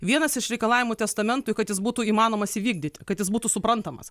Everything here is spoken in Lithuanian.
vienas iš reikalavimų testamentui kad jis būtų įmanomas įvykdyti kad jis būtų suprantamas